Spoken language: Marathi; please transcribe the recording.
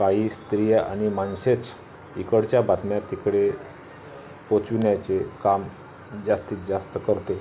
काही स्त्रिया आणि माणसेच इकडच्या बातम्या तिकडे पोचविण्याचे काम जास्तीत जास्त करते